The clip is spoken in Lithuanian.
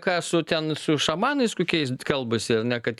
ką su ten su šamanais kokiais kalbasi kad